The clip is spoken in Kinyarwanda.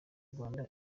rwanda